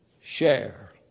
share